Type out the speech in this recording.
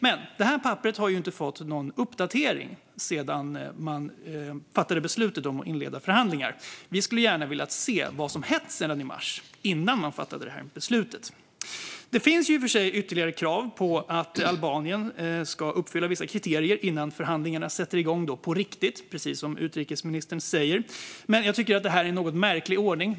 Men det papperet har inte fått någon uppdatering sedan man fattade beslut om att inleda förhandlingar. Vi hade gärna velat se vad som har hänt sedan mars innan man fattade beslutet. Det finns i och för sig ytterligare krav på att Albanien ska uppfylla vissa kriterier innan förhandlingarna sätter igång på riktigt, precis som utrikesministern säger, men jag tycker att det här är en något märklig ordning.